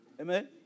Amen